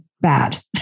bad